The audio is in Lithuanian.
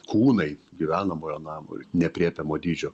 kūnai gyvenamojo namui neaprėpiamo dydžio